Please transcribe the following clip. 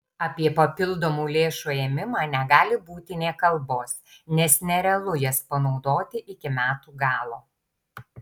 apie papildomų lėšų ėmimą negali būti nė kalbos nes nerealu jas panaudoti iki metų galo